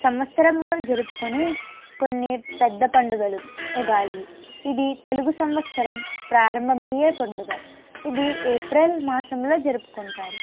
సంవస్సరంలో జరుపుకునే కొన్ని పెద్ద పండుగలు ఉగాది ఇది తెలుగు సంవస్సరం ప్రారంభమయ్యే పండుగ ఇది ఏప్రిల్ మాసంలో జరుపుకుంటారు